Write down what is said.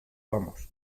vamos